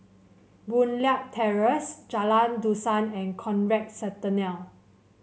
Boon Leat Terrace Jalan Dusun and Conrad Centennial